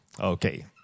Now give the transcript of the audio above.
Okay